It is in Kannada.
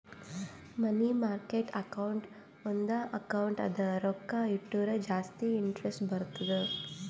ಮನಿ ಮಾರ್ಕೆಟ್ ಅಕೌಂಟ್ ಒಂದ್ ಅಕೌಂಟ್ ಅದ ರೊಕ್ಕಾ ಇಟ್ಟುರ ಜಾಸ್ತಿ ಇಂಟರೆಸ್ಟ್ ಬರ್ತುದ್